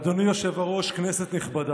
אדוני היושב-ראש, כנסת נכבדה,